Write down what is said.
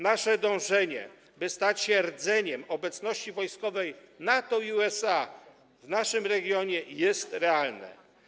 Nasze dążenie, by stać się rdzeniem obecności wojskowej NATO i USA w naszym regionie, jest realne.